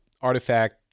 Artifact